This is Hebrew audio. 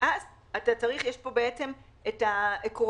זה האתוס